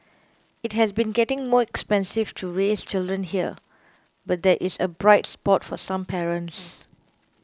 it has been getting more expensive to raise children here but there is a bright spot for some parents